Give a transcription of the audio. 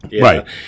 Right